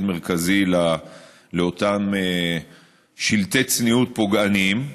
מרכזי לאותם "שלטי צניעות" פוגעניים.